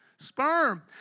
sperm